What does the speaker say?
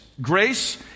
Grace